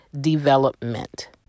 development